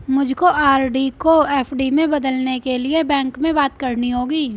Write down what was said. मुझको आर.डी को एफ.डी में बदलने के लिए बैंक में बात करनी होगी